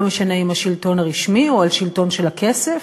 לא משנה אם השלטון הרשמי או השלטון של הכסף,